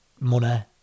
money